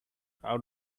out